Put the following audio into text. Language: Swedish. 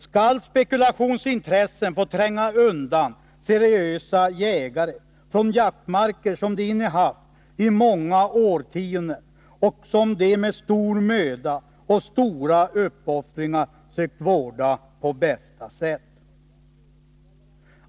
Skall spekulationsintressen få tränga undan seriösa jägare från jaktmarker som de innehaft i många årtionden och som de med stor möda och stora uppoffringar sökt vårda på bästa sätt?